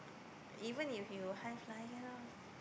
even if you high flyer